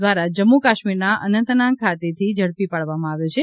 દ્વારા જમ્મુ કાશ્મીરના અનંતનાગ ખાતેથી ઝડપી પાડવામાં આવ્યો છે